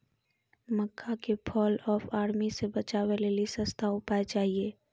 मक्का के fall of army से बचाबै लेली सस्ता उपाय चाहिए?